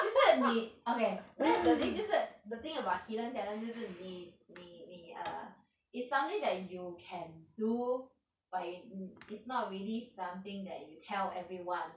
就是你 okay that's the thing 就是 the thing about hidden talent 就是你你你 err is something that you can do but you 你 is not really something that you tell everyone